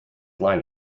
line